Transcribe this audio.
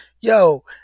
yo